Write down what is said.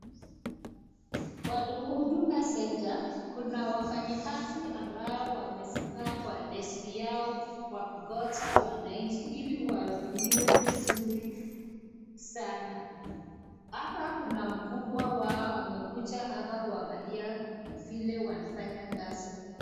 Kwa huduma centre kuna wafanyakazi ambao wamezikaa kwa deski yao wakingoja wananchi ili waudumiwe vizuri Sana hapa kuna mkubwa wao amekuja hapa kuangalia vile wanafanya kazi.